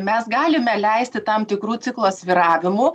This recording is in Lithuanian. mes galime leisti tam tikrų ciklo svyravimų